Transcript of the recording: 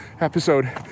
episode